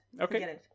Okay